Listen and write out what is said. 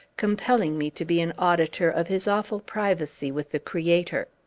compelling me to be an auditor of his awful privacy with the creator.